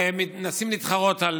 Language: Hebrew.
והם מנסים להתחרות על